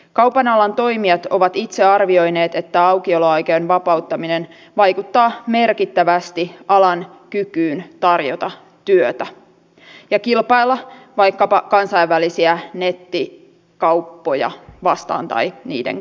kaupan alan toimijat ovat itse arvioineet että aukioloaikojen vapauttaminen vaikuttaa merkittävästi alan kykyyn tarjota työtä ja kilpailla vaikkapa kansainvälisiä nettikauppoja vastaan tai niiden kanssa